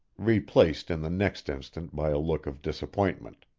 replaced in the next instant by a look of disappointment.